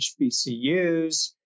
HBCUs